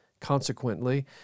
Consequently